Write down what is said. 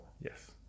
Yes